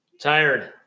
Tired